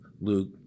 Luke